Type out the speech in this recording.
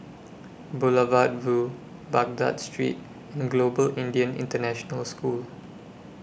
Boulevard Vue Baghdad Street and Global Indian International School